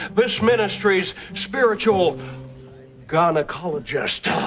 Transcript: the ministry's spiritual gynecologist ah